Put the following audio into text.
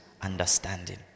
understanding